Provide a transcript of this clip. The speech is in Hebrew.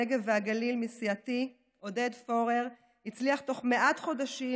הנגב והגליל מסיעתי עודד פורר הצליח תוך מעט חודשים